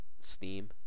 steam